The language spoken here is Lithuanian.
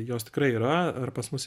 jos tikrai yra ar pas mus